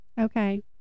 okay